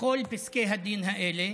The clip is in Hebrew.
בכל פסקי הדין האלה